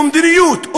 ומדיניות,